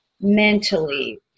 mentally